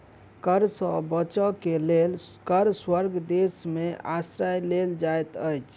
कर सॅ बचअ के लेल कर स्वर्ग देश में आश्रय लेल जाइत अछि